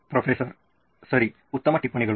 professor ಸರಿ ಉತ್ತಮ ಟಿಪ್ಪಣಿಗಳು